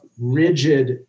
rigid